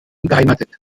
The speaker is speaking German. beheimatet